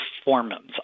performance